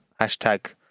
Hashtag